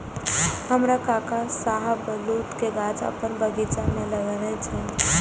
हमर काका शाहबलूत के गाछ अपन बगीचा मे लगेने छै